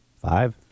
five